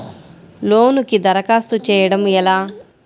లోనుకి దరఖాస్తు చేయడము ఎలా?